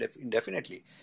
indefinitely